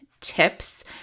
tips